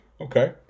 Okay